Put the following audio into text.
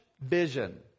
vision